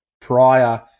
prior